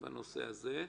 בנושא הזה.